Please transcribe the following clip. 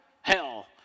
Hell